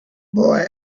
boy